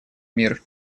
мир